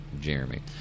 Jeremy